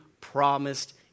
promised